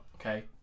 Okay